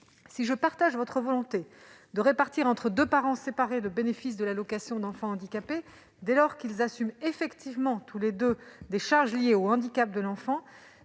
Si je partage votre volonté de répartir entre deux parents séparés le bénéfice de l'allocation d'éducation de l'enfant handicapé, dès lors qu'ils assument effectivement tous les deux des charges liées au handicap de l'enfant,